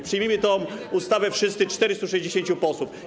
Przyjmijmy tę ustawę wszyscy, 460 posłów.